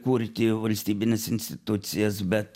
kurti valstybines institucijas bet